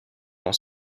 dans